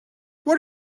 what